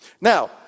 Now